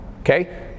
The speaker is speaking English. okay